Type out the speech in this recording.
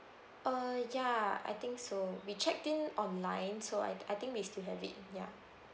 uh ya I think so we checked in online so I I think we still have it ya